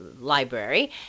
Library